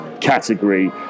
category